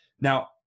Now